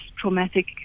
traumatic